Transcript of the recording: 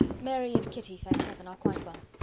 mary and kitty, thank heaven, are quite well.